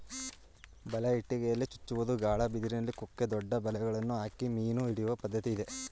ಬಲೆ, ಇಟಿಯಲ್ಲಿ ಚುಚ್ಚುವುದು, ಗಾಳ, ಬಿದಿರಿನ ಕುಕ್ಕೆ, ದೊಡ್ಡ ಬಲೆಗಳನ್ನು ಹಾಕಿ ಮೀನು ಹಿಡಿಯುವ ಪದ್ಧತಿ ಇದೆ